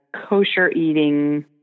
kosher-eating